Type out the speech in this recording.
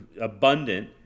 abundant